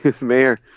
mayor